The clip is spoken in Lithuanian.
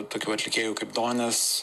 tokių atlikėjų kaip donis